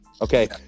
Okay